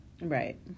right